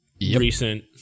recent